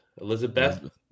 Elizabeth